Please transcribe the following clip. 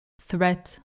threat